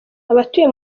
abatuye